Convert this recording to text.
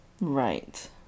Right